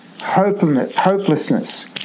hopelessness